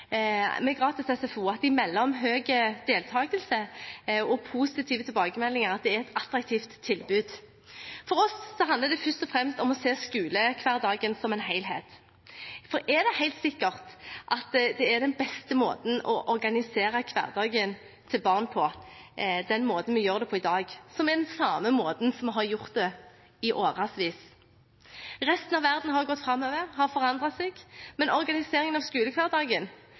med gratis SFO melder om høy deltakelse og om positive tilbakemeldinger om at det er et attraktivt tilbud. For oss handler det først og fremst om å se på skolehverdagen som en helhet. Er det helt sikkert at den beste måten å organisere hverdagen til barn på er den måten vi gjør det på i dag – som er den samme måten som vi har gjort det på i årevis? Resten av verden har gått framover, har forandret seg, men organiseringen av skolehverdagen